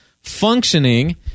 functioning